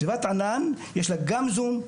סביבת ענן, יש לה גם זום,